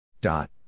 Dot